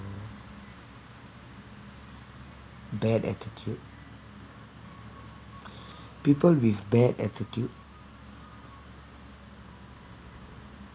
bad attitude people with bad attitude